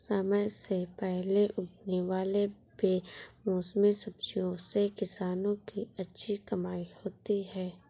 समय से पहले उगने वाले बेमौसमी सब्जियों से किसानों की अच्छी कमाई होती है